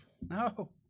No